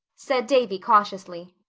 said davy cautiously.